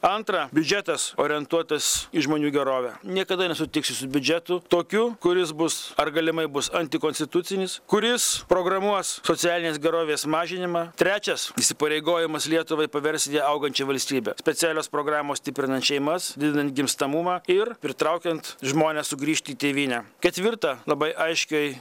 antra biudžetas orientuotas į žmonių gerovę niekada nesutiksi su biudžetu tokiu kuris bus ar galimai bus antikonstitucinis kuris programuos socialinės gerovės mažinimą trečias įsipareigojimas lietuvai paversti į augančią valstybę specialios programos stiprinant šeimas didinant gimstamumą ir pritraukiant žmones sugrįžti į tėvynę ketvirta labai aiškiai